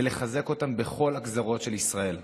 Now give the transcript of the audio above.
ולחזק אותם בכל הגזרות של ישראל.